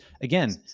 again